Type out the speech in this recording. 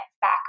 back